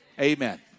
amen